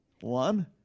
one